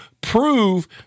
prove